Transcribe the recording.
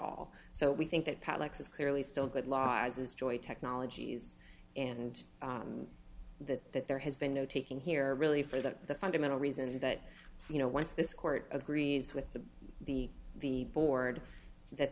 all so we think that patrick's is clearly still good law as is joy technologies and that that there has been no taking here really for the fundamental reason that you know once this court agrees with the the the board that